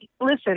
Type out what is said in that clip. listen